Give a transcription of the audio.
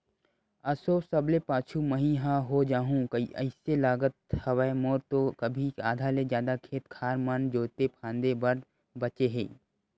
एसो सबले पाछू मही ह हो जाहूँ अइसे लगत हवय, मोर तो अभी आधा ले जादा खेत खार मन जोंते फांदे बर बचें हे